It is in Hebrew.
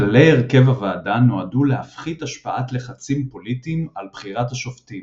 כללי הרכב הוועדה נועדו להפחית השפעת לחצים פוליטיים על בחירת השופטים.